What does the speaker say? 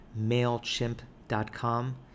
MailChimp.com